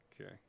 okay